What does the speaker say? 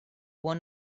one